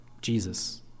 Jesus